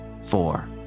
four